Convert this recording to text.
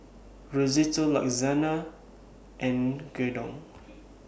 Risotto and Gyudon